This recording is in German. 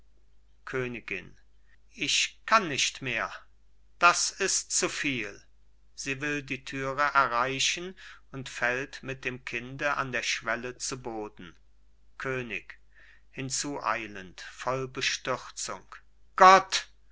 königin ich kann nicht mehr das ist zuviel sie will die türe erreichen und fällt mit dem kinde an der schwelle zu boden könig hinzueilend voll bestürzung gott